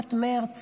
תחילת מרץ,